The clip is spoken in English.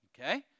Okay